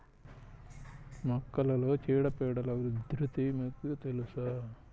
మొక్కలలో చీడపీడల ఉధృతి మీకు తెలుసా?